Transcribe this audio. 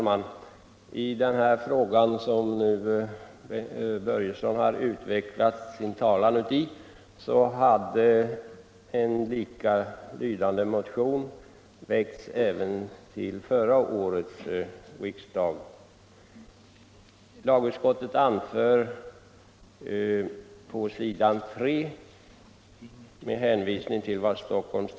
Herr talman! I denna fråga, där nu herr Börjesson i Falköping har utvecklat sin talan, hade en likalydande motion väckts även till förra årets riksdag. På s. 3 i betänkandet återges ett avsnitt av utskottets skrivning vid det tillfället.